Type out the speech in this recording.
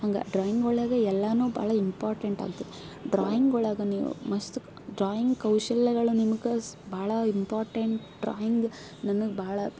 ಹಂಗೆ ಡ್ರಾಯಿಂಗ್ ಒಳಗೆ ಎಲ್ಲವೂ ಭಾಳ ಇಂಪೋರ್ಟೆಂಟ್ ಆಗ್ತದೆ ಡ್ರಾಯಿಂಗ್ ಒಳಗೆ ನೀವು ಮಸ್ತ್ ಡ್ರಾಯಿಂಗ್ ಕೌಶಲ್ಯಗಳು ನಿಮಗೆ ಸ್ ಭಾಳ ಇಂಪೋರ್ಟೆಂಟ್ ಡ್ರಾಯಿಂಗ್ ನನಗೆ ಬಹಳ